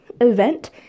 event